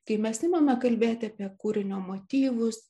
kai mes imame kalbėti apie kūrinio motyvus